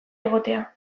egotea